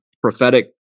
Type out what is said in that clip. prophetic